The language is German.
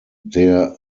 der